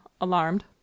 alarmed